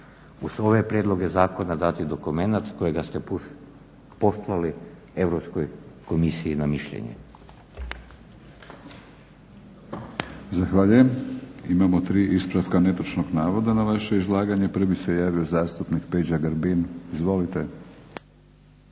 uz ove prijedloge zakona dati dokumenat koji ste poslali Europskoj komisiji na mišljenje?